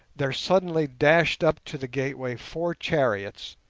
there suddenly dashed up to the gateway four chariots,